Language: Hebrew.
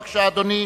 בבקשה, אדוני.